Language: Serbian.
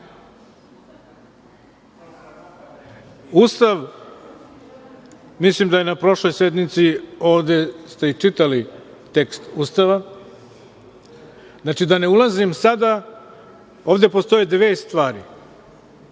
Ustav, mislim da je na prošloj sednici ovde ste i čitali tekst Ustava, znači, da ne ulazim sada, ali ovde postoje dve stvari.